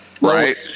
right